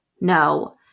no